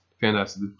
fantastic